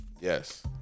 yes